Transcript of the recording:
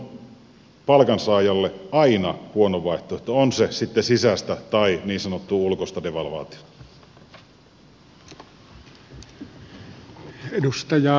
devalvaatio on palkansaajalle aina huono vaihtoehto on se sitten sisäistä tai niin sanottua ulkoista devalvaatiota